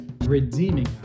redeeming